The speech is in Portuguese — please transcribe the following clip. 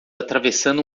atravessando